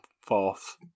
fourth